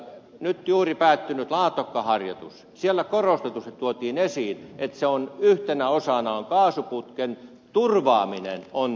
nyt juuri päättyneessä laatokka harjoituksessa korostetusti tuotiin esiin että sen yhtenä osana on kaasuputken turvaaminen se on harjoituksen päämäärä